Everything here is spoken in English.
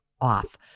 off